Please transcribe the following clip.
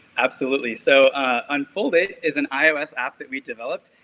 absolutely. so unfolded is an ios app that we developed.